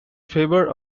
favor